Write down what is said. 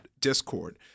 Discord